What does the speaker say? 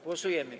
Głosujemy.